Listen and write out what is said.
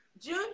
June